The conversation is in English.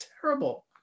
terrible